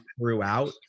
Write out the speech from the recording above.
throughout